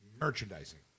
merchandising